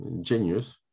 genius